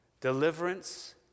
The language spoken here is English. Deliverance